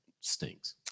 stinks